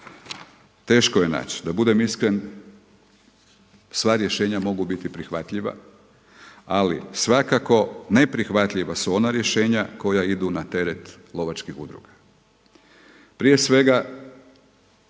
teško je naći. Da budem iskren sva rješenja mogu biti prihvatljiva, ali svakako neprihvatljiva su ona rješenja koja idu na teret lovačkih udruga. Prije svega